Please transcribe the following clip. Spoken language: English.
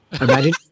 Imagine